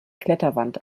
kletterwand